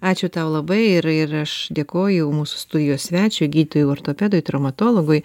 ačiū tau labai ir ir aš dėkoju mūsų studijos svečiui gydytojui ortopedui traumatologui